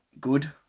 good